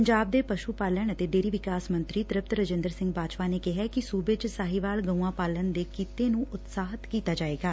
ਪੰਜਾਬ ਦੇ ਪਸ੍ਤ ਪਾਲਣ ਅਤੇ ਡੇਅਰੀ ਵਿਕਾਸ ਮੰਤਰੀ ਤ੍ਪਿਤ ਰਾਜਿੰਦਰ ਸਿੰਘ ਬਾਜਵਾ ਨੇ ਕਿਹੈ ਸੂਬੇ ਚ ਸਾਹੀਵਾਲ ਗਊਆਂ ਪਾਲਣ ਦੇ ਕਿੱਤੇ ਨੂੰ ਉਤਸ਼ਾਹਿਤ ਕੀਤਾ ਜਾਏਗਾ